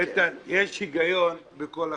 איתן, יש היגיון בכל החלטה.